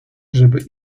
żeby